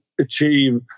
achieve